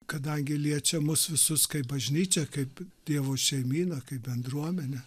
kadangi liečia mus visus kaip bažnyčią kaip dievo šeimyną kaip bendruomenę